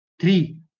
three